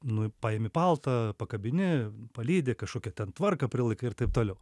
nu paėmi paltą pakabini palydi kažkokią ten tvarką prilaikai ir taip toliau